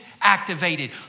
activated